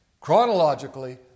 Chronologically